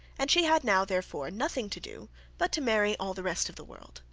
and she had now therefore nothing to do but to marry all the rest of the world.